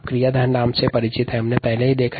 क्रियाधार क्या है